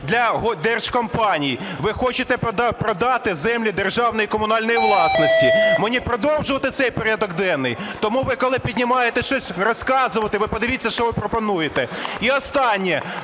для держкомпаній. Ви хочете продати землі державної комунальної власності. Мені продовжувати цей порядок денний? Тому ви, коли піднімаєтесь щось розказувати, ви подивіться, що ви пропонуєте. І останнє.